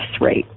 rate